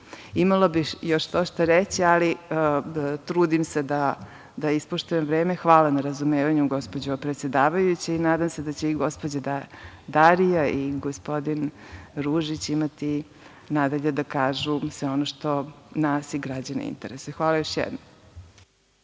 bih još štošta reći, ali trudim se da ispoštujem vreme. Hvala na razumevanju, gospođo predsedavajuća, i nadam se da će da i gospođa Darija i gospodin Ružić imati nadalje da kažu sve ono što nas i građane interesuje. Hvala još jednom.